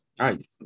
right